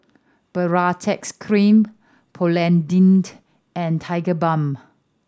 Baritex Cream Polident and Tigerbalm